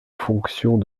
fonctions